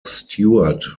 stuart